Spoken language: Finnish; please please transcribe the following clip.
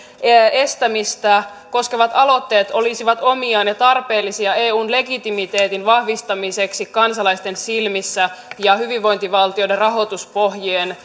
estämistä koskevat aloitteet olisivat omiaan ja tarpeellisia eun legitimiteetin vahvistamiseksi kansalaisten silmissä ja hyvinvointivaltioiden rahoituspohjien